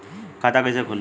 खाता कइसे खुली?